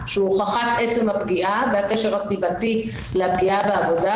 שהוא הוכחת עצם הפגיעה והקשר הסיבתי לפגיעה בעבודה,